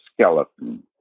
skeleton